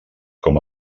com